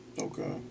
Okay